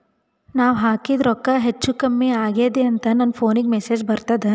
ನಾವ ಹಾಕಿದ ರೊಕ್ಕ ಹೆಚ್ಚು, ಕಮ್ಮಿ ಆಗೆದ ಅಂತ ನನ ಫೋನಿಗ ಮೆಸೇಜ್ ಬರ್ತದ?